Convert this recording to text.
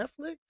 Netflix